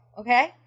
okay